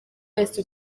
wese